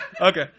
okay